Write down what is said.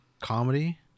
comedy